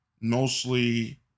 mostly